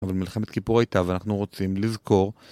אבל מלחמת כיפור הייתה ואנחנו רוצים לזכור